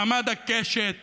מעמד הקשת